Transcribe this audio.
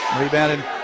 Rebounded